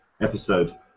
episode